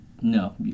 no